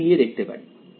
আমরা মিলিয়ে দেখতে পারি